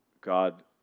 God